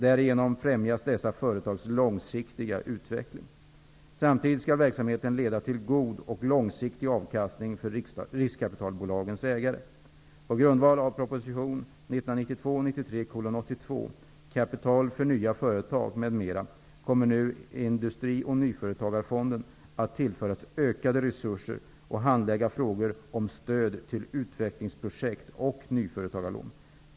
Därigenom främjas dessa företags långsiktiga utveckling. Samtidigt skall verksamheten leda till god och långsiktig avkastning för riskkapitalbolagens ägare. På grundval av proposition 1992/93:82 Kapital för nya företag, m.m. kommer nu Industri och nyföretagarfonden att tillföras ökade resurser och handlägga frågor om stöd till utvecklingsprojekt och nyföretagarlån.